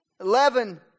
Eleven